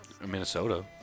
Minnesota